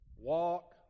Walk